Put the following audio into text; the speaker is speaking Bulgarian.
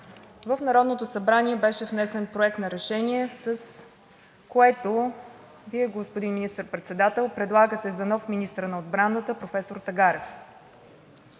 в Народното събрание беше внесен Проект на решение, с което Вие, господин Министър-председател, предлагате за нов министър на отбраната професор Тагарев.